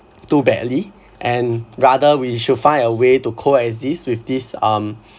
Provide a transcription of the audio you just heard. too badly and rather we should find a way to co exist with this um